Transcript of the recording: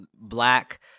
black